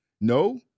No